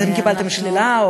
האם קיבלתם שלילה,